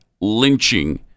lynching